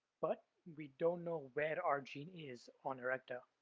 but we don't know where our gene is on erecta.